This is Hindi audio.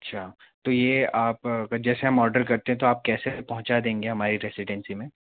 अच्छा तो ये आप जैसे हम ऑर्डर करते हैं तो आप कैसे पहुँचा देंगे हमारी रेज़िडेंसी में